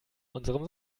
unserem